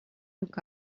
look